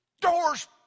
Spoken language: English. Doors